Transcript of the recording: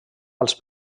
als